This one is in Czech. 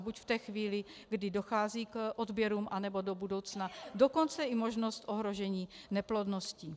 Buď v té chvíli, kdy dochází k odběrům, anebo do budoucna, dokonce i možnost ohrožení neplodností.